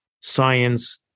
science